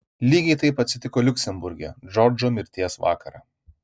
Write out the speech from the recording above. lygiai taip atsitiko liuksemburge džordžo mirties vakarą